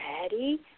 ready